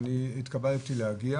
ואני התכוונתי להגיע,